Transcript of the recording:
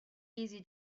easy